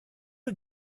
you